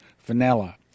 Vanilla